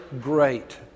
great